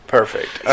Perfect